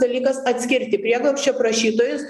dalykas atskirti prieglobsčio prašytojus